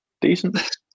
decent